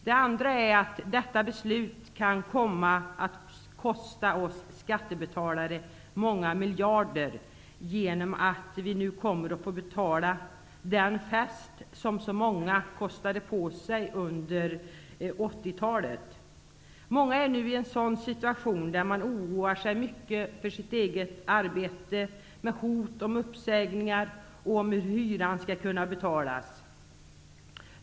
Det andra är att detta beslut kan komma att kosta oss skattebetalare många miljarder genom att vi nu kommer att få betala den fest som så många kostade på sig under hela 1980-talet. Många är nu i en situation där man oroar sig mycket för sitt eget arbete, för hot om uppsägningar och för hur hyran skall kunna betalas.